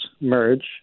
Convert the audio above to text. merge